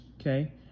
okay